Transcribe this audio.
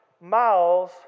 miles